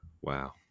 wow